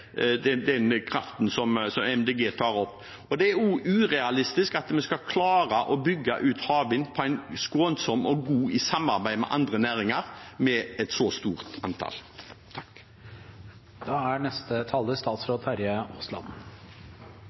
er også urealistisk at vi skal klare å bygge ut havvind med et så stort antall på en skånsom og god måte, i samarbeid med andre næringer. Jeg tror jeg kan berolige representanten Halleland med